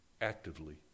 actively